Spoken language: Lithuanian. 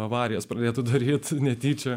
avarijos pradėtų daryti netyčia